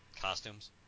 costumes